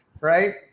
right